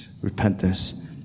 Repentance